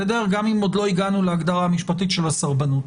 גם אם עוד לא הגענו להגדרה המשפטית של הסרבנות.